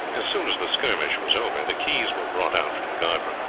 as soon as the skirmish was over the keys were brought out from the guard-room,